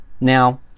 Now